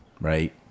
right